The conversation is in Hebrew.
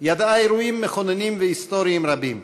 ידעה אירועים מכוננים והיסטוריים רבים: